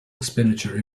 expenditure